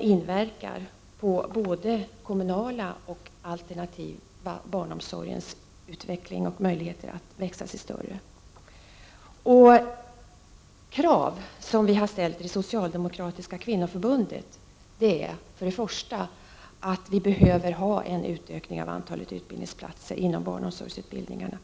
inverkar på både den kommunala och den alternativa barnomsorgens utveckling och möjligheter att växa sig större. Krav som ställts av Socialdemokratiska kvinnoförbundet är för det första att det sker en utökning av antalet utbildningsplatser inom barnomsorgsutbildningarna.